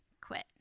quit